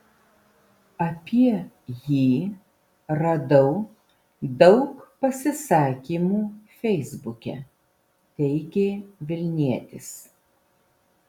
apie jį radau daug pasisakymų feisbuke teigė vilnietis